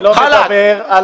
אני לא מדבר על